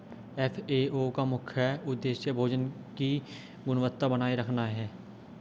FAO का मुख्य उदेश्य भोजन की गुणवत्ता बनाए रखना है